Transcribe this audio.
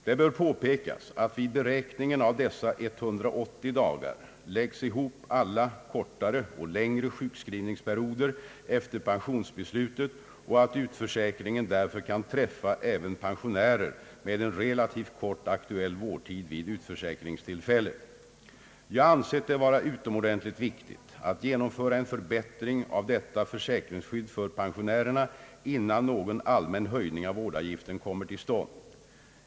Det bör påpekas att vid beräkningen av dessa 180 dagar läggs ihop alla kortare och längre sjukskrivningsperioder efter pensionsbeslutet och att utförsäkringen därför kan träffa även pensionärer med en relativt kort aktuell vårdtid vid utförsäkringstillfället. Jag har ansett det vara utomordentligt viktigt att genomföra en förbättring av detta försäkringsskydd för pensionärerna innan någon allmän höjning av vårdavgiften kommer till stånd.